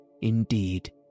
indeed